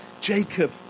Jacob